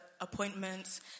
appointments